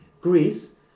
Greece